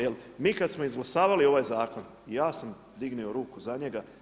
Jer mi kad smo izglasavali ovaj zakon ja sam dignuo ruku za njega.